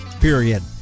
period